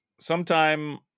sometime